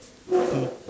K